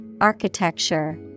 architecture